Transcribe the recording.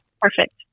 Perfect